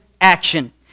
action